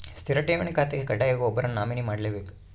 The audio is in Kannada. ಸ್ಥಿರ ಠೇವಣಿ ಖಾತೆಗೆ ಕಡ್ಡಾಯವಾಗಿ ಒಬ್ಬರನ್ನು ನಾಮಿನಿ ಮಾಡ್ಲೆಬೇಕ್